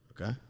Okay